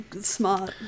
smart